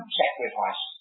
sacrifice